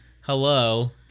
hello